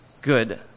good